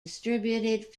distributed